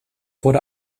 wurde